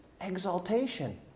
exaltation